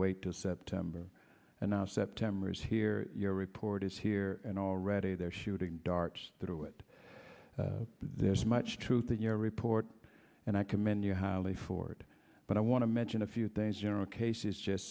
wait september and now september is here your report is here and already there shooting darts through it there's much truth in your report and i commend you highly for it but i want to mention a few things general cases just